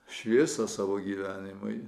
šviesą savo gyvenimui